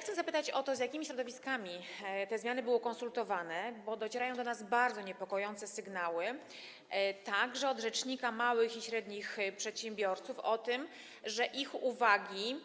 Chcę zapytać, z jakimi środowiskami te zmiany były konsultowane, bo docierają do nas bardzo niepokojące sygnały, także od rzecznika małych i średnich przedsiębiorców, że uwagi,